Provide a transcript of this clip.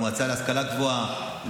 במועצה להשכלה גבוהה.